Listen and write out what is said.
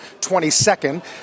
22nd